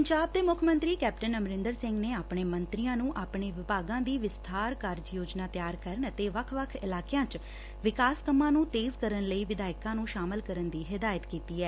ਪੰਜਾਬ ਦੇ ਮੁੱਖ ਮੰਤਰੀ ਕੈਪਟਨ ਅਮਰੰਦਰ ਸਿੰਘ ਨੇ ਆਪਣੇ ਮੰਤਰੀਆਂ ਨੂੰ ਆਪਣੇ ਵਿਭਾਗਾਂ ਦੀ ਵਿਸਬਾਰ ਕਾਰਜ ਯੋਜਨਾ ਤਿਆਰ ਕਰਨ ਅਤੇ ਵੱਖ ਵੱਖ ਇਲਾਕਿਆਂ ਚ ਵਿਕਾਸ ਕੰਮਾਂ ਨੂੰ ਤੇਜ਼ ਕਰਨ ਲਈ ਵਿਧਾਇਕਾਂ ਨੂੰ ਸ਼ਾਮਲ ਕਰਨ ਦੀ ਹਿਦਾਇਤ ਕੀਤੀ ਐ